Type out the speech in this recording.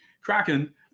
Kraken